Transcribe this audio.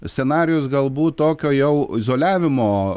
scenarijus galbūt tokio jau izoliavimo